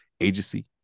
agency